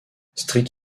street